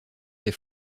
des